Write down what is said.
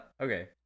Okay